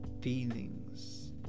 feelings